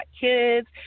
kids